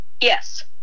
Yes